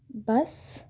bus